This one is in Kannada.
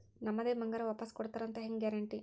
ನಮ್ಮದೇ ಬಂಗಾರ ವಾಪಸ್ ಕೊಡ್ತಾರಂತ ಹೆಂಗ್ ಗ್ಯಾರಂಟಿ?